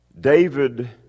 David